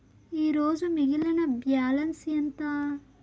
ఈరోజు మిగిలిన బ్యాలెన్స్ ఎంత?